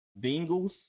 Bengals